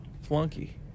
flunky